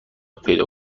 پیدا